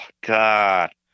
God